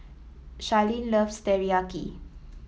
Charlene loves Teriyaki